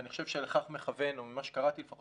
ואני חושב שלכך מכוון או ממה שקראתי לפחות,